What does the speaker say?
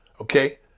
Okay